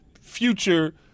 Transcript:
future